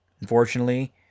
Unfortunately